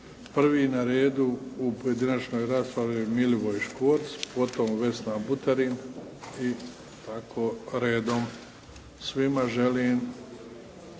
Prvi na redu u pojedinačnoj raspravi je Milivoj Škvorc, potom Vesna Buterin i tako redom. Svima želim